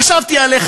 חשבתי עליך,